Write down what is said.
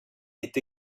est